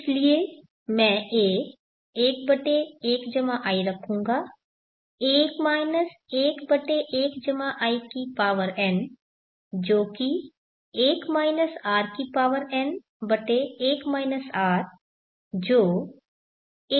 इसलिए मैं a 11iरखूंगा 1 11in जो कि 1 rn1 r जो 1 11i है